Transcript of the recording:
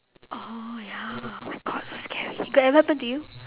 oh ya oh my god so scary got ever happen to you